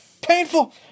painful